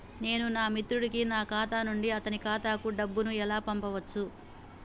నేను నా మిత్రుడి కి నా ఖాతా నుండి అతని ఖాతా కు డబ్బు ను ఎలా పంపచ్చు?